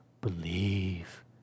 believe